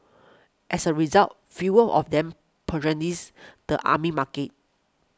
as a result fewer of them patronise the army market